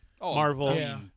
Marvel